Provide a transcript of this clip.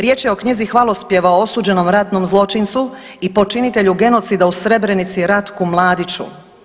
Riječ je o knjizi hvalospjeva o osuđenom ratnom zločincu i počinitelju genocida u Srebrenici Ratku Mladiću.